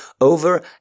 Over